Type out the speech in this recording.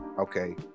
okay